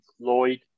Lloyd